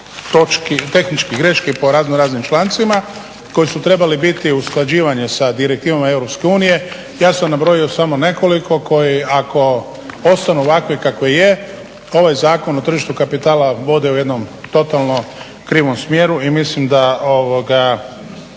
točki, tehničkih greški po razno raznim člancima koji su trebali biti usklađivanje sa direktivama EU, ja sam nabroji samo nekoliko koji ako ostanu ovakve kakve je, ovaj Zakon o tržištu kapitala vode u jednom totalnom krivom smjeru i mislim da